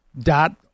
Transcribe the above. dot